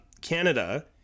Canada